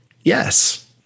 Yes